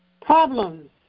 problems